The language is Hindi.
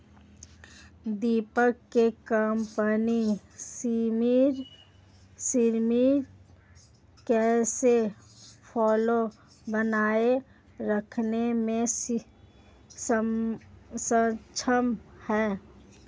दीपक के कंपनी सिथिर कैश फ्लो बनाए रखने मे सक्षम है